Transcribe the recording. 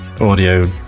audio